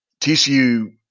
TCU